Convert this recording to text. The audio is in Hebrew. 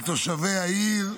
לתושבי העיר.